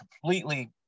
completely